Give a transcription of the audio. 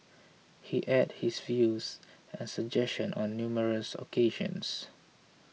he aired his views and suggestions on numerous occasions